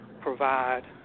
provide